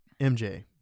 MJ